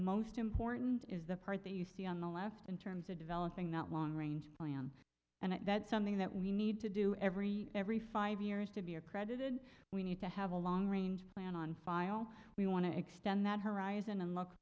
most important is the part that you see on the left in terms of developing that long range plan and that's something that we need to do every every five years to be accredited we need to have a long range plan on file we want to extend that horizon and look